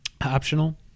optional